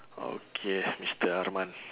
okay mister arman